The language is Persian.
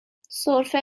سرفه